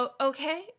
Okay